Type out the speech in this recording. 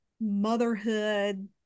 motherhood